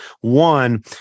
One